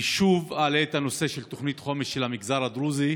אני שוב אעלה את הנושא של תוכנית החומש של המגזר הדרוזי,